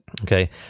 okay